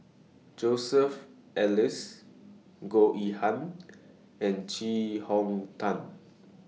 Joseph Elias Goh Yihan and Chee Hong Tat